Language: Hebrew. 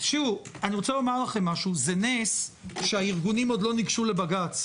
זה נס שהארגונים עוד לא ניגשו לבג"ץ.